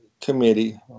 committee